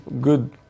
good